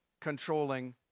controlling